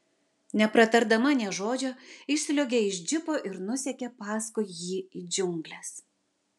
nepratardama nė žodžio išsliuogė iš džipo ir nusekė paskui jį į džiungles